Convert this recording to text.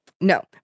No